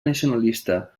nacionalista